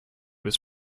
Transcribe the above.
was